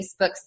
Facebook